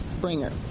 bringer